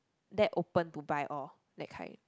that open to buy all that kind